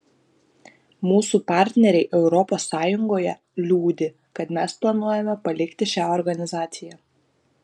mūsų partneriai europos sąjungoje liūdi kad mes planuojame palikti šią organizaciją